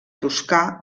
toscà